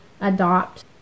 adopt